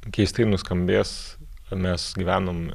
keistai nuskambės mes gyvenom